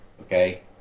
okay